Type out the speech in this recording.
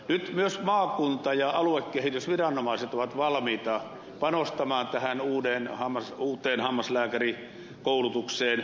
nyt myös maakunta ja aluekehitysviranomaiset ovat valmiita panostamaan tähän uuteen hammaslääkärikoulutukseen